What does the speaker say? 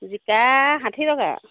জিকা ষাঠি টকা